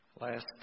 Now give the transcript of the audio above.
Last